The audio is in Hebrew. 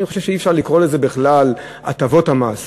אני חושב שאי-אפשר לקרוא לזה בכלל הטבות המס.